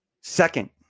Second